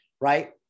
right